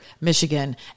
Michigan